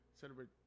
celebrate